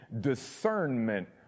discernment